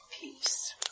peace